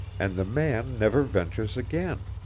and the man never ventures again.